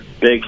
Big